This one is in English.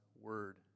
word